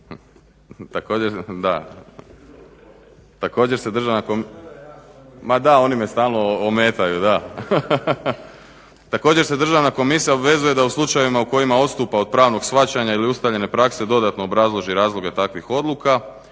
također se državna komisija obvezuje da u slučajevima u kojima odstupa od pravnog shvaćanja ili ustaljene prakse dodatno obrazloži razloge takvih odluka.